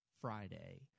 Friday